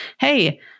hey